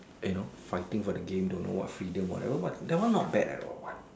eh no fighting for the game don't know what freedom whatever what that one not bad ah that one what